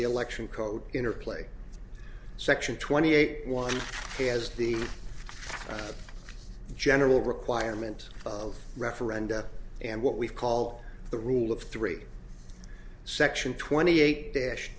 the election code interplay section twenty eight one as the general requirement of referenda and what we call the rule of three section twenty eight dash